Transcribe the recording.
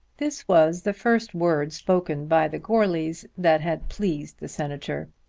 this was the first word spoken by the goarlys that had pleased the senator,